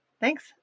Thanks